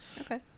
Okay